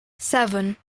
seven